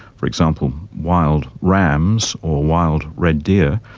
for example, wild rams or wild red deer,